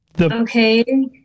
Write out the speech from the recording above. Okay